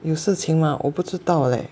有事情吗我不知道叻